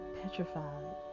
petrified